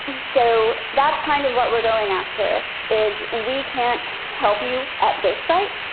so that's kind of what we're going after, is we can't help you at this site,